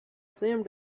same